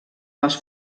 les